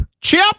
chip